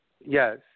yes